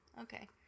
Okay